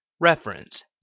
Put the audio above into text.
Reference